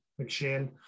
McShane